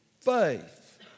faith